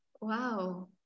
wow